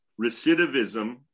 recidivism